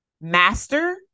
master